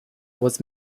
was